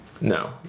No